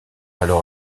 alors